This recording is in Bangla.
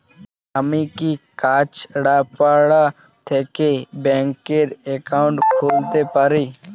আমি কি কাছরাপাড়া থেকে ব্যাংকের একাউন্ট খুলতে পারি?